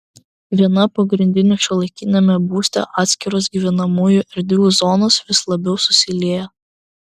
viena pagrindinių šiuolaikiniame būste atskiros gyvenamųjų erdvių zonos vis labiau susilieja